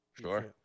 Sure